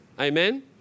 Amen